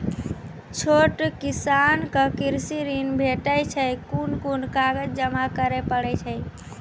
छोट किसानक कृषि ॠण भेटै छै? कून कून कागज जमा करे पड़े छै?